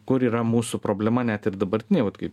kur yra mūsų problema net ir dabartinėj vat kai